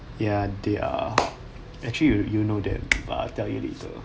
ya they are actually you you know them but I'll tell you later